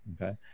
okay